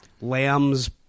Lambs